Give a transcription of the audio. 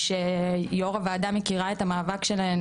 שיושבת ראש הוועדה מכירה את המאבק שלהן